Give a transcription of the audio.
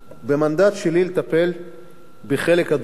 המנדט שלי הוא לטפל בחלק הדרומי,